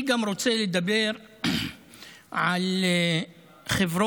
אני גם רוצה לדבר על חברות